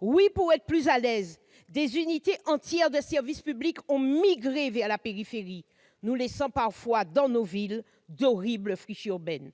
Oui, pour être plus à l'aise, des unités entières de services publics ont migré vers la périphérie, nous laissant dans certaines de nos villes d'horribles friches urbaines !